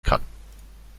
kann